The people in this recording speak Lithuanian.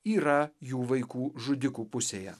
yra jų vaikų žudikų pusėje